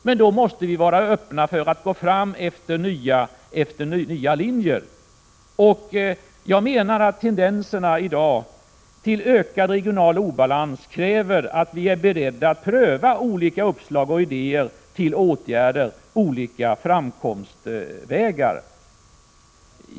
Men då måste vi vara öppna för att gå fram efter nya linjer. Jag menar att tendenserna i dag till ökad regional obalans kräver att vi är beredda att pröva olika uppslag och idéer till olika åtgärder och framkomstvägar.